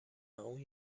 اون